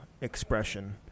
expression